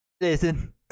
listen